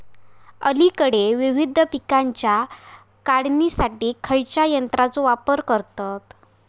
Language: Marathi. अलीकडे विविध पीकांच्या काढणीसाठी खयाच्या यंत्राचो वापर करतत?